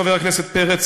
חבר הכנסת פרץ,